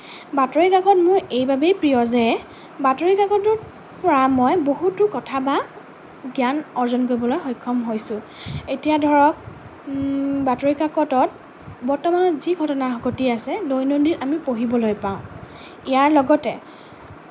বাতৰি কাকত মোৰ এইবাবেই প্ৰিয় যে বাতৰি কাকতৰ পৰা মই বহুতো কথা বা জ্ঞান অৰ্জন কৰিবলৈ সক্ষম হৈছোঁ এতিয়া ধৰক বাতৰি কাকতত বৰ্তমানত যি ঘটনা ঘটি আছে দৈনন্দিন আমি পঢ়িবলৈ পাওঁ ইয়াৰ লগতে